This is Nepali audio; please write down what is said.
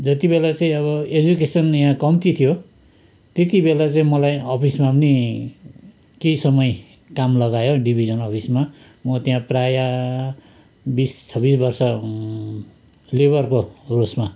जति बेला चाहिँ अब एजुकेसन यहाँ कम्ती थियो त्यति बेला चाहिँ मलाई अफिसमा पनि नि केही समय काम लगायो डिभिजन अफिसमा म त्यहाँ प्राय बिस छब्बिस वर्ष लेबरको रोजमा